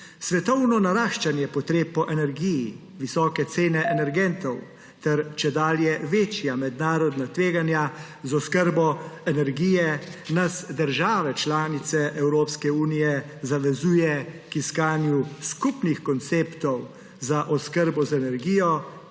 Svetovno naraščanje potreb po energiji, visoke cene energentov ter čedalje večja mednarodna tveganja z oskrbo energije nas, države članice Evropske unije zavezuje k iskanju skupnih konceptov za oskrbo z energijo